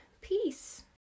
peace